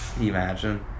Imagine